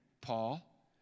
Paul